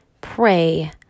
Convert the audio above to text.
pray